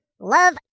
Love